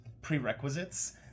prerequisites